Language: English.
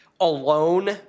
alone